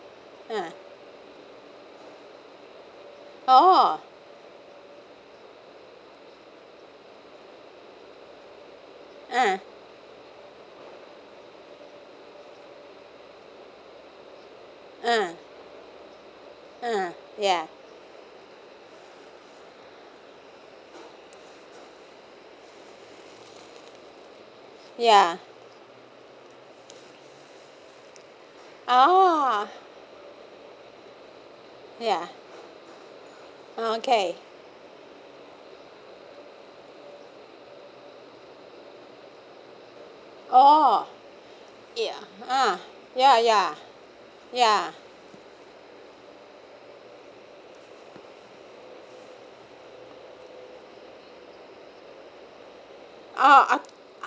uh oh uh uh uh ya ya oh ya okay oh ya uh ya ya ya oh uh